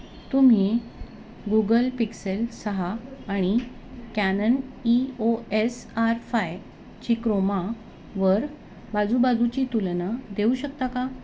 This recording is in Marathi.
तुम्ही गुगल पिक्सेल सहा आणि Canon E O S R फायची क्रोमावर बाजूबाजूची तुलना देऊ शकता का